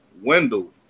Wendell